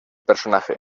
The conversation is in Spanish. personaje